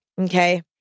okay